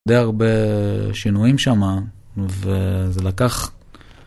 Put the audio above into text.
די הרבה... שינויים שמה, ו...זה לקח,